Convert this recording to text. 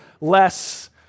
less